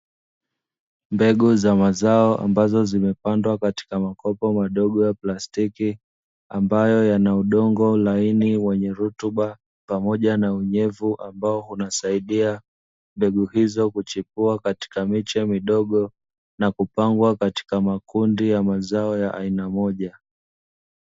Mbegu za mazao ambazo zimepandwa katika makopo madogo ya plastiki, ambayo yana udongo laini wenye rutuba pamoja na unyevu ambao unasaidia mbegu hizo kuchipua katika miche midogo, na kupangwa katika makundi ya mazao ya aina moja.